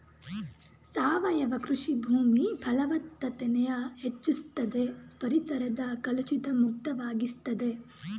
ಸಾವಯವ ಕೃಷಿ ಭೂಮಿ ಫಲವತ್ತತೆನ ಹೆಚ್ಚುಸ್ತದೆ ಪರಿಸರನ ಕಲುಷಿತ ಮುಕ್ತ ವಾಗಿಸ್ತದೆ